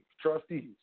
trustees